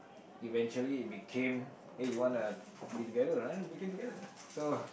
eventually it became eh you wanna be together right be together lah so